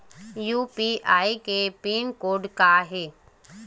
UPI के pin code का हे?